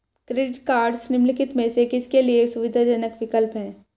Credit cards निम्नलिखित में से किसके लिए सुविधाजनक विकल्प हैं?